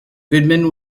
goodman